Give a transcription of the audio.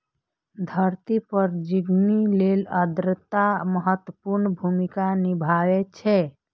धरती पर जिनगी लेल आर्द्रता महत्वपूर्ण भूमिका निभाबै छै